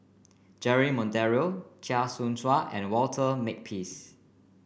Jeremy Monteiro Chia Choo Suan and Walter Makepeace